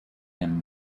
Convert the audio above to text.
him